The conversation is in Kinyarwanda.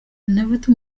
ntafite